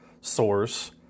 source